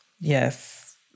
yes